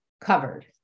covered